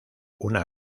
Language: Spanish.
una